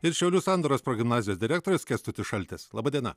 ir šiaulių sandoros progimnazijos direktorius kęstutis šaltis laba diena